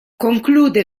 conclude